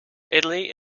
italy